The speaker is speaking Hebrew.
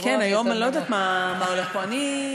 כן, אני לא יודעת מה הולך פה היום.